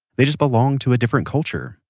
they just belong to a different culture,